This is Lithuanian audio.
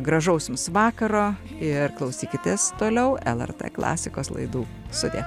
gražaus jums vakaro ir klausykitės toliau lrt klasikos laidų sudie